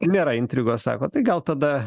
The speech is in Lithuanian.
nėra intrigos sakot tai gal tada